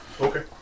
Okay